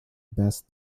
best